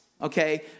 Okay